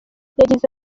yagize